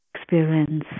experience